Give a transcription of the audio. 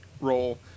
role